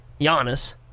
Giannis